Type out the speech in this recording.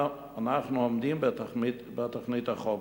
אנחנו נמצאים עומדים בתוכנית החומש.